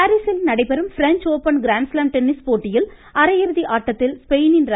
tennis பாரீசில் நடைபெறும் French Open grand slam tennis போட்டியில் அரையிறுதி ஆட்டத்தில் ஸ்பெயினின் ர